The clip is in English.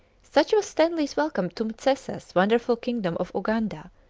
such was stanley's welcome to m'tesa's wonderful kingdom of uganda,